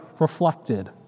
reflected